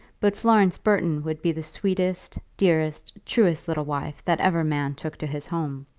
but florence burton would be the sweetest, dearest, truest little wife that ever man took to his home.